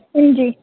हां जी